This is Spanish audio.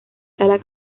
sala